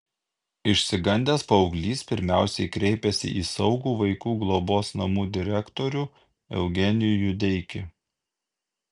išsigandęs paauglys pirmiausiai kreipėsi į saugų vaikų globos namų direktorių eugenijų judeikį